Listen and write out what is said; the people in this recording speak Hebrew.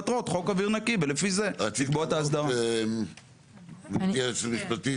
במצב של עכשיו אתה,